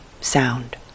Sound